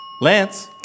Lance